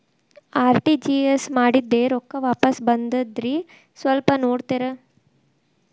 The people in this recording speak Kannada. ಆರ್.ಟಿ.ಜಿ.ಎಸ್ ಮಾಡಿದ್ದೆ ರೊಕ್ಕ ವಾಪಸ್ ಬಂದದ್ರಿ ಸ್ವಲ್ಪ ನೋಡ್ತೇರ?